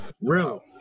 Real